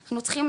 אנחנו חייבים